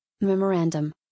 Memorandum